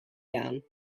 down